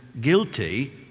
guilty